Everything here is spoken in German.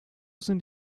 sind